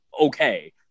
Okay